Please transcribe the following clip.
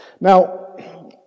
Now